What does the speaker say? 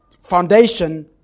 foundation